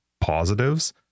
positives